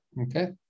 okay